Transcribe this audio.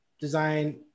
design